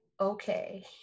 okay